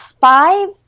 five